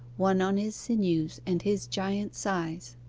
one on his sinews and his giant size